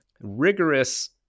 rigorous